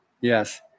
yes